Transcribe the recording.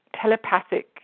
telepathic